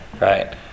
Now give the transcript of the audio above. Right